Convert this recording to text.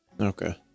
Okay